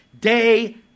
day